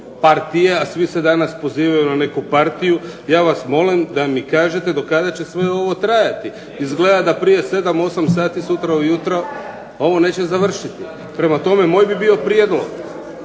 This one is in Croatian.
a svi se danas pozivaju na neku partiju, ja vas molim da mi kažete do kada će sve ovo trajati. Izgleda da prije 7, 8 sati sutra ujutro ovo neće završiti. Prema tome moj bi bio prijedlog